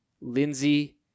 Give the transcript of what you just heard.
Lindsey